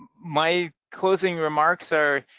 my closing remarks are